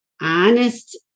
honest